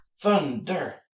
Thunder